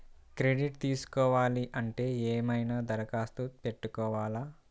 Credit తీసుకోవాలి అంటే ఏమైనా దరఖాస్తు పెట్టుకోవాలా?